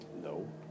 No